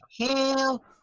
hell